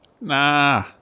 Nah